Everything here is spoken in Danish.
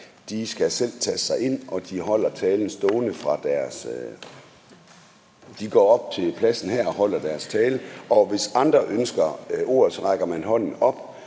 selv skal taste sig ind, og de går op til pladsen her og holder deres tale. Hvis andre ønsker ordet, rækker man hånden op,